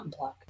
unplug